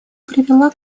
привела